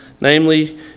namely